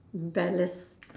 rebellious